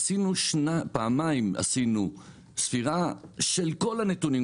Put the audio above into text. עשינו פעמיים ספירה של כל הנתונים,